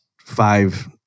five